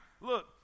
Look